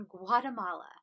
Guatemala